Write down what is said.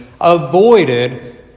avoided